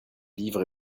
livre